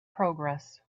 progress